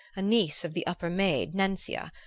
a niece of the upper maid, nencia,